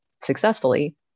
successfully